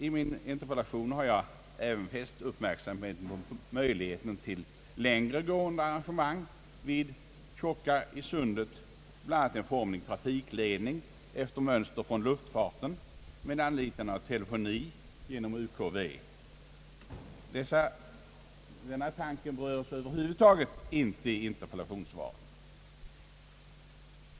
I min interpellation har jag även fäst uppmärksamheten vid möjligheten till längre gående arrangemang under tjocka i Sundet, bl.a. en formlig trafikledning efter mönster från luftfarten, med anlitande av telefoni genom UKV. Den tanken berörs över huvud taget inte i interpellationssvaret.